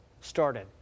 started